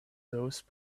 those